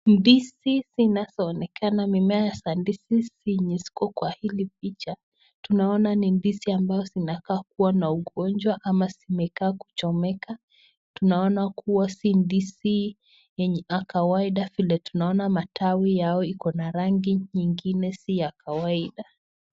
Ndizi zinazo onekana mimea za ndizi zilizo kwenye hili picha. Tunaona ni ndizi ambao zina kaa kuwa na ugonjwa ama zimekaa kuchomeka. Tunaona kuwa si ndizi yenye akawaida vile tunaona matawi yao iko na rangi nyingine si ya kawaida.